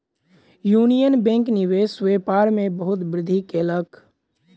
union Bank निवेश व्यापार में बहुत वृद्धि कयलक